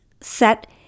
set